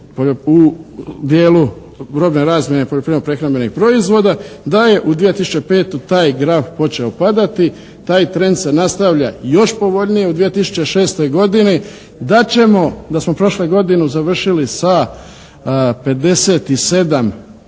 u dijelu robne razmjene poljoprivredno-prehrambenih proizvoda. Da je u 2005. taj graf počeo padati. Taj trend nastavlja još povoljnije u 2006. Da ćemo, da smo prošlu godinu završili sa 57,3 ,